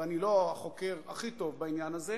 ואני לא החוקר הכי טוב בעניין הזה,